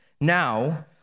Now